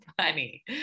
funny